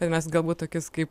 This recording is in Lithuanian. tai mes galbūt tokius kaip